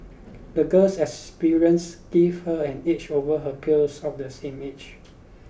the girl's experience give her an edge over her peers of the same age